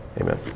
amen